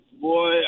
Boy